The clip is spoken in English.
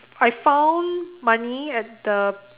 I found money at the